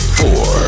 four